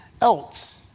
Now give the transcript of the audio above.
else